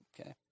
Okay